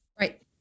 Right